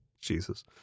Jesus